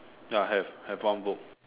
ya have have one book